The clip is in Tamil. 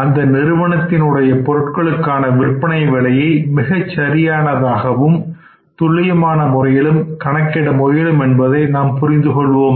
அந்த நிறுவனத்தின் உடைய பொருட்களுக்கான விற்பனை விலையை மிகச் சரியானதாகும் துள்ளியமான முறையிலும் கணக்கிட முயலும் என்பதை நாம் புரிந்து கொள்வோமாக